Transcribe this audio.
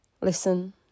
Listen